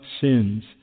sins